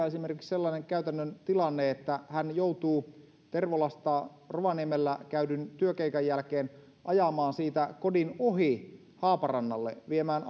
esimerkiksi sellainen käytännön tilanne että hän joutuu tervolasta rovaniemellä käydyn työkeikan jälkeen ajamaan siitä kodin ohi haaparannalle viemään